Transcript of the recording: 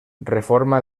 reforma